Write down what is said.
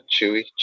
Chewy